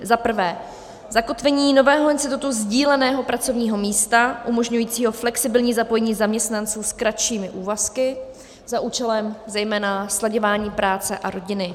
Za prvé, zakotvení nového institutu sdíleného pracovního místa umožňujícího flexibilní zapojení zaměstnanců s kratšími úvazky za účelem zejména slaďování práce a rodiny.